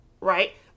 right